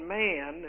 man